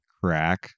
crack